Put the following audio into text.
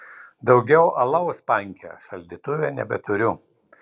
daugiau alaus panke šaldytuve nebeturiu